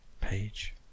page